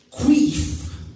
grief